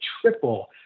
triple